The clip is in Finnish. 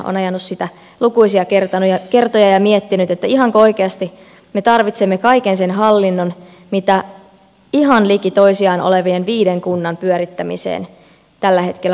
olen ajanut sitä lukuisia kertoja ja miettinyt että ihanko oikeasti me tarvitsemme kaiken sen hallinnon mitä ihan liki toisiaan olevien viiden kunnan pyörittämiseen tällä hetkellä vaaditaan